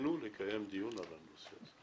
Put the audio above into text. זכותנו לקיים דיון על הנושא.